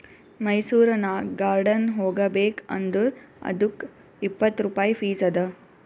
ಮೈಸೂರನಾಗ್ ಗಾರ್ಡನ್ ಹೋಗಬೇಕ್ ಅಂದುರ್ ಅದ್ದುಕ್ ಇಪ್ಪತ್ ರುಪಾಯಿ ಫೀಸ್ ಅದಾ